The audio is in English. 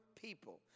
people